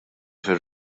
fir